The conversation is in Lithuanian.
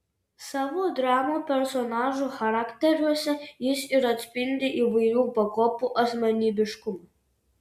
savo dramų personažų charakteriuose jis ir atspindi įvairių pakopų asmenybiškumą